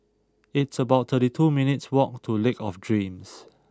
it's about thirty two minutes' walk to Lake of Dreams